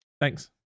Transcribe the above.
Thanks